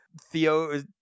Theo